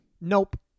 Nope